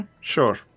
Sure